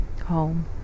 home